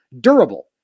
durable